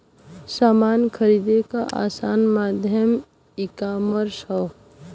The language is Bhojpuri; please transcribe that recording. समान खरीदे क आसान माध्यम ईकामर्स हौ